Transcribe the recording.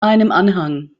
anhang